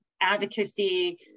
advocacy